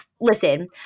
listen